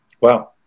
Wow